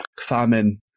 famine